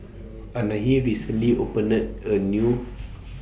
Anahi recently opened A New